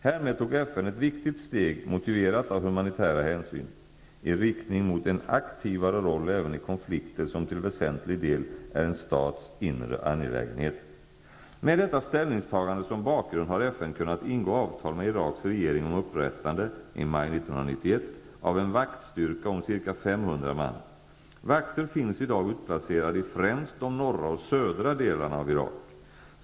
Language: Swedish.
Härmed tog FN ett viktigt steg, motiverat av humanitära hänsyn, i riktning mot en aktivare roll även i konflikter som till väsentlig del är en stats inre angelägenhet. Med detta ställningstagande som bakgrund har FN kunnat ingå avtal med Iraks regering om upprättande, i maj 1991, av en vaktstyrka om ca 500 man. Vakter finns i dag utplacerade i främst de norra och södra delarna av Irak.